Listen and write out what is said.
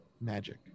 magic